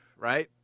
right